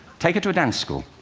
take her to a dance school.